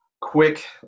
Quick